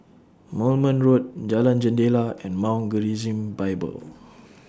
Moulmein Road Jalan Jendela and Mount Gerizim Bible